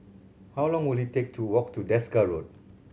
how long will it take to walk to Desker Road